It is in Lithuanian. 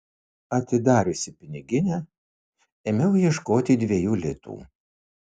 atidariusi piniginę ėmiau ieškoti dviejų litų